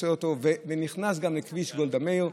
הוא נכנס גם לכביש גולדה מאיר,